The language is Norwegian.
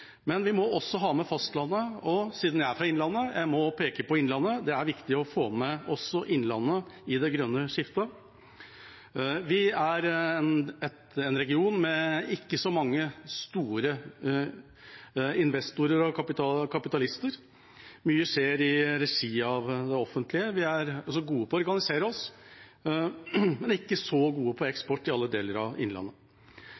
Men vi må også ha med fastlandet, og siden jeg er fra Innlandet, må jeg peke på det: Det er viktig å få med også Innlandet i det grønne skiftet. Vi er en region med ikke så mange store investorer og kapitalister. Mye skjer i regi av det offentlige. Vi er gode på å organisere oss, men ikke så gode på